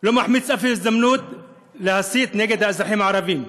הוא לא מחמיץ אף הזדמנות להסית נגד האזרחים הערבים.